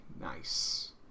Nice